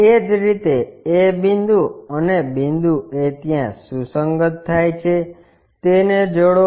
એ જ રીતે a બિંદુ અને બિંદુ a ત્યાં સુસંગત થાય છે તેને જોડો